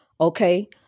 okay